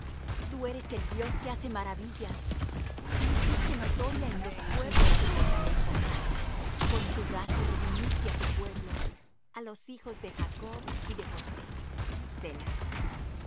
tú eres el dios que hace maravillas tú hiciste notoria en los pueblos tu fortaleza con tu brazo redimiste á tu pueblo a los hijos de jacob y de josé